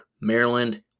Maryland